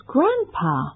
Grandpa